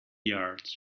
yards